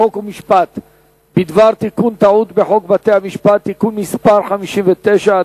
חוק ומשפט בדבר תיקון טעות בחוק בתי-המשפט (תיקון מס' 59),